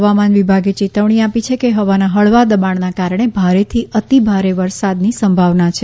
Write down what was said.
હવામાન વિભાગે ચેતવણી આપી છે કે હવાના હળવા દબાણના કારણે ભારેથી ભારેથી અતિભારે વરસાદની સંભાવના છે